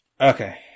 okay